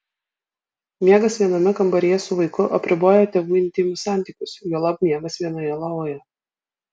miegas viename kambaryje su vaiku apriboja tėvų intymius santykius juolab miegas vienoje lovoje